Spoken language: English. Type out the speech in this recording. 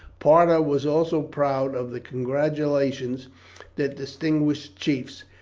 parta was also proud of the congratulations that distinguished chiefs,